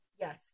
Yes